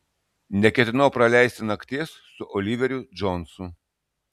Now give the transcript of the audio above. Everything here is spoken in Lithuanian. neketinau praleisti nakties su oliveriu džonsu